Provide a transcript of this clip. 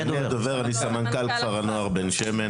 אני הדובר, אני סמנכ"ל כפר הנוער בן שמש.